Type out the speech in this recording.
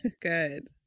good